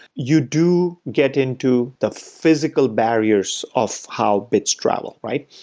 you do get into the physical barriers of how bits travel, right?